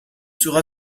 sera